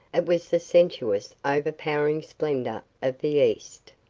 it was the sensuous, overpowering splendor of the east.